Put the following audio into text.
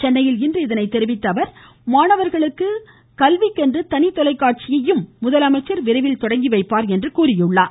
சென்னையில் இன்று இதனை தெரிவித்த அவர் மாணவர்களுக்கு கல்விக்கென்று தனித்தொலைக்காட்சி முதலமைச்சர் விரைவில் தொடங்கி வைப்பார் என்றும் கூறினார்